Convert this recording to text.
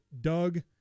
Doug